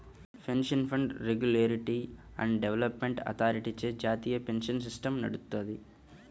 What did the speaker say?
pension fund regulatory and development అథారిటీచే జాతీయ pension system నడుత్తది